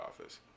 office